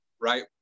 right